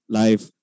life